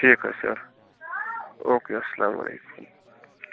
ٹھیٖک حظ چھُ سر او کے اسلامُ علیکُم